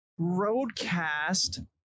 Roadcast